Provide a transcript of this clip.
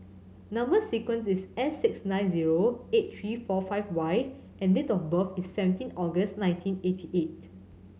number sequence is S six nine zero eight three four five Y and date of birth is seventeen August nineteen eighty eight